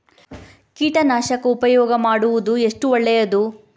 ಕೀಟನಾಶಕ ಉಪಯೋಗ ಮಾಡುವುದು ಎಷ್ಟು ಒಳ್ಳೆಯದು?